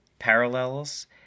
parallels